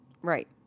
Right